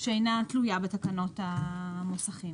שאינה תלויה בתקנות המוסכים.